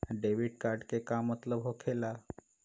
Debit card के का मतलब होकेला?